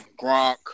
Gronk